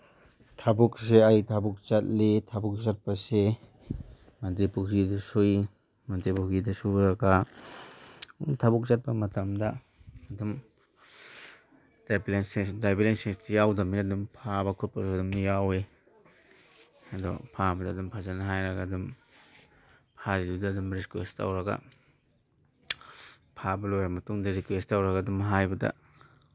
ꯊꯕꯛꯁꯦ ꯑꯩ ꯊꯕꯛ ꯆꯠꯂꯤ ꯊꯕꯛ ꯆꯠꯄꯁꯤ ꯃꯟꯇ꯭ꯔꯤꯄꯨꯈ꯭ꯔꯤꯗ ꯁꯨꯏ ꯃꯟꯇ꯭ꯔꯤꯄꯨꯈ꯭ꯔꯤꯗ ꯁꯨꯔꯒ ꯊꯕꯛ ꯆꯠꯄ ꯃꯇꯝꯗ ꯑꯗꯨꯝ ꯗ꯭ꯔꯥꯏꯚꯤꯡ ꯂꯥꯏꯁꯦꯟꯁꯇꯤ ꯌꯥꯎꯗꯝꯅꯤꯅ ꯑꯗꯨꯝ ꯐꯥꯕ ꯈꯣꯠꯄꯁꯨ ꯑꯗꯨꯝ ꯌꯥꯎꯋꯤ ꯑꯗꯣ ꯐꯥꯕꯗ ꯑꯗꯨꯝ ꯐꯖꯅ ꯍꯥꯏꯔꯒ ꯑꯗꯨꯝ ꯐꯥꯔꯤꯗꯨꯗ ꯑꯗꯨꯝ ꯔꯤꯀ꯭ꯋꯦꯁ ꯇꯧꯔꯒ ꯐꯥꯕ ꯂꯣꯏꯔ ꯃꯇꯨꯡꯗ ꯔꯤꯀ꯭ꯋꯦꯁ ꯇꯧꯔꯒ ꯑꯗꯨꯝ ꯍꯥꯏꯕꯗ